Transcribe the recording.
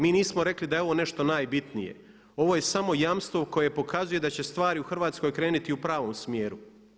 Mi nismo rekli da je ovo nešto najbitnije, ovo je samo jamstvo koje pokazuje da će stvari u Hrvatskoj krenuti u pravom smjeru.